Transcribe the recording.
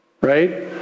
right